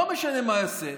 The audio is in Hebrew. לא משנה מה יעשה,